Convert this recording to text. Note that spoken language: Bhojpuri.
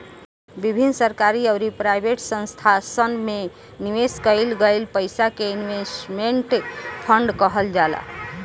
विभिन्न सरकारी अउरी प्राइवेट संस्थासन में निवेश कईल गईल पईसा के इन्वेस्टमेंट फंड कहल जाला